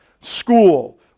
school